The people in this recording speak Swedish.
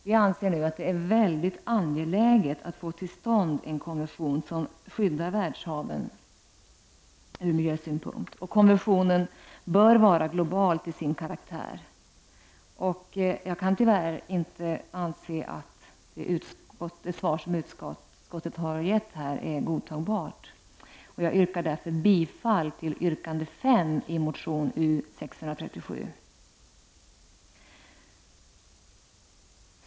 Vi anser att det är väldigt angeläget att få till stånd en konvention som skyddar världshaven ur miljösynpunkt, och konventionen bör vara global till sin karaktär. Jag kan tyvärr inte anser att det svar som utskottet har gett här är godtagbart. Jag yrkar därför bifall till yrkande 5 i motion U637.